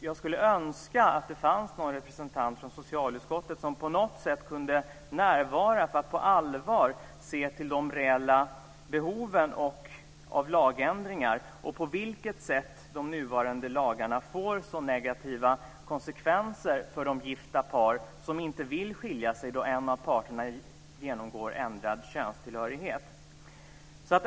Jag skulle önska att någon representant från socialutskottet som på något sätt kunde närvara för att på allvar se till de reella behoven av lagändringar och på vilket sätt de nuvarande lagarna får så negativa konsekvenser för de gifta par som inte vill skilja sig då en av parterna genomgår ändring av könstillhörighet.